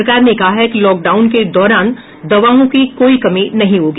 सरकार ने कहा है कि लॉकडाउन के दौरान दवाओं की कोई कमी नहीं होगी